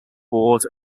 board